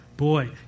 Boy